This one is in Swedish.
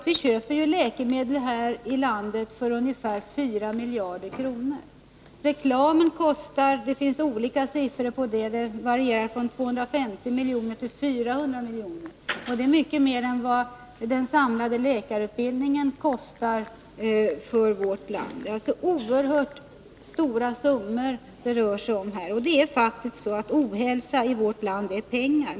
Vi köper ju läkemedel i det här landet för ungefär 4 miljarder kronor om året. Det finns olika siffror på vad reklamen kostar, varierande från 250 milj.kr. till 400 milj.kr. Det är mycket mer än vad den samlade läkarutbildningen kostar för vårt land. Det är alltså oerhört stora summor som det rör sig om. Det är faktiskt så att ohälsa i vårt land är pengar.